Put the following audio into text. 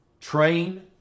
Train